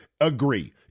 agree